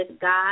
God